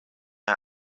out